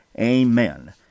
amen